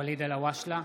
ואליד אלהואשלה,